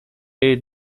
jej